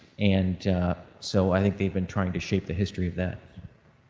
and so i think they've been trying to shape the history of that.